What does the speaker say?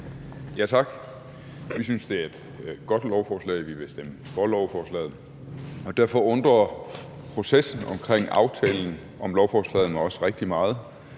Tak. Vi synes, det er et godt lovforslag, og vi vil stemme for lovforslaget. Derfor undrer processen om aftalen om lovforslaget mig også rigtig meget.